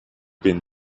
been